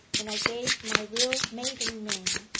and i gave my real maiden name,